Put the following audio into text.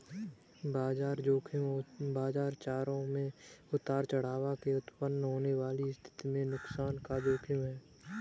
बाजार ज़ोखिम बाजार चरों में उतार चढ़ाव से उत्पन्न होने वाली स्थिति में नुकसान का जोखिम है